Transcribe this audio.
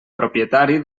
propietari